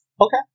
Okay